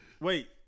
Wait